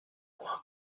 loin